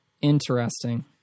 Interesting